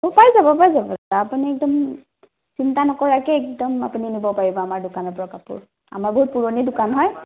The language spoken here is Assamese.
পাই যাব পাই যাব আপুনি একদম চিন্তা নকৰাকে একদম আপুনি নিব পাৰিব আমাৰ দোকানৰ পৰা কাপোৰ আমাৰ বহুত পুৰণি দোকান হয়